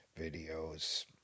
videos